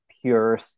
pure